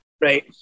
Right